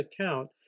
account